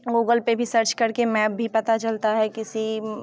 Google पे भी search करके मैप भी पता चलता है किसी